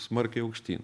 smarkiai aukštyn